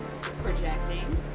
projecting